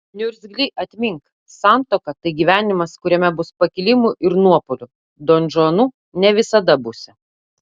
niurgzly atmink kad santuoka tai gyvenimas kuriame bus pakilimų ir nuopuolių donžuanu ne visada būsi